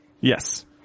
Yes